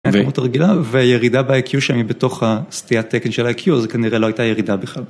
ו.. מהכמות הרגילה, וירידה ב-IQ שם היא בתוך סטיית תקן של ה-IQ זה כנראה לא הייתה ירידה בכלל.